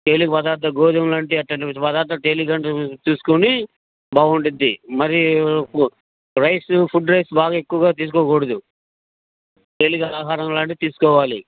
తేలిక పదార్థాలు గోధుంలాంటి అటువంటి పదార్థాలు తేలికగా ఉంటాయి తీసుకుని బాగుంటుంది మరి రైస్ ఫుడే బాగా ఎక్కువగా తీసుకోకూడదు తేలిక ఆహారం లాంటివి తీసుకోవాలి